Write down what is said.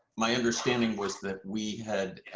my understanding was that we ha,